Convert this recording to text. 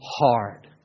hard